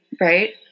right